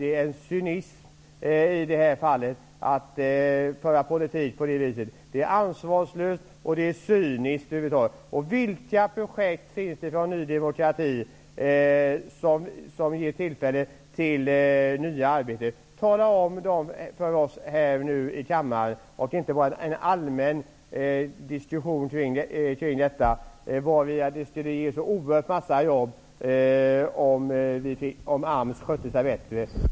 Jag vidhåller att det är cyniskt och ansvarslöst att föra politik på det viset. Vilka projekt har Ny demokrati som ger nya arbetstillfällen? Tala om det för oss här i kammaren! För inte bara en allmän diskussion om detta att det skulle skapas en oerhörd mängd jobb om AMS skötte sig bättre!